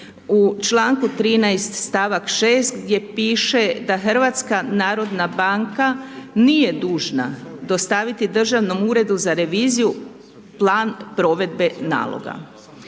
u članku 13. stavak 6. gdje piše da HNB nije dužna dostaviti Državnom uredu za reviziju plan provedbe naloga.